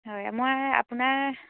হয় মই আপোনাৰ